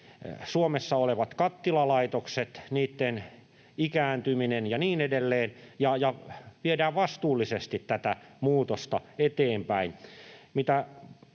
Suomessa olevat kattilalaitokset, niitten ikääntymisen ja niin edelleen ja että viedään vastuullisesti tätä muutosta eteenpäin.